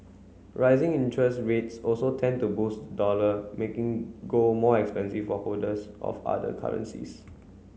rising interest rates also tend to boost the dollar making gold more expensive for holders of other currencies